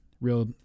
Real